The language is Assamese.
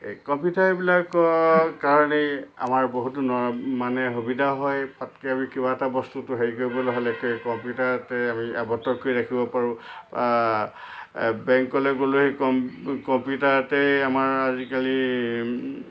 এই কম্পিটাৰবিলাকৰ কাৰণেই আমাৰ বহুতো ন মানে সুবিধা হয় পতকৈ আমি কিবা এটা বস্তুটো হেৰি কৰিবলৈ হ'লে এই কম্পিটাৰতে আমি আৱদ্ধ কৰি ৰাখিব পাৰোঁ বেংকলৈ গ'লেও সেই কম্ কম্পিটাৰতে আমাৰ আজিকালি